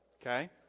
okay